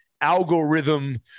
algorithm